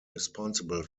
responsible